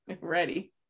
ready